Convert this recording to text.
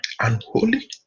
unholy